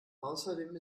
außerdem